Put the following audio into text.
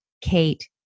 Kate